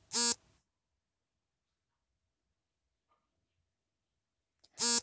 stock ಅನ್ನು ಖಾಸಗಿ ಅಥವಾ ಸ್ಟಾಕ್ ಎಕ್ಸ್ಚೇಂಜ್ನಲ್ಲಿ ಖರೀದಿಸಬಹುದು ಮತ್ತು ಮಾರಾಟ ಮಾಡಬಹುದು